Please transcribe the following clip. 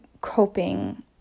coping